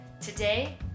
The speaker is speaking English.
Today